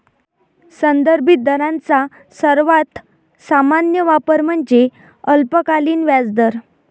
संदर्भित दरांचा सर्वात सामान्य वापर म्हणजे अल्पकालीन व्याजदर